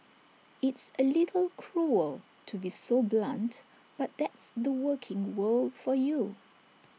it's A little cruel to be so blunt but that's the working world for you